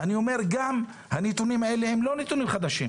אני אומר, גם הנתונים האלה הם לא נתונים חדשים.